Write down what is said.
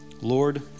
Lord